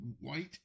white